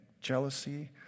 jealousy